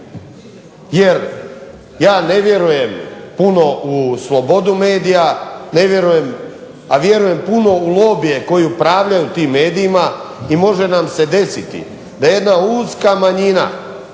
Jer ja ne vjerujem puno u slobodu medija, ne vjerujem, a vjerujem puno u lobije koji upravljaju tim medijima, i može nam se desiti da jedna uska manjina